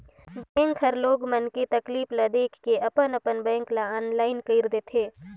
bank हर लोग मन के तकलीफ ल देख के अपन अपन बेंक ल आनलाईन कइर देथे